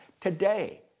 today